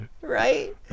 Right